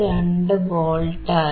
52 volt ആയി